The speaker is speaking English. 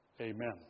Amen